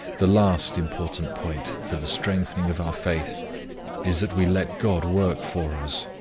the last important point for the strengthening of our faith is, that we let god work for us,